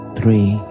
three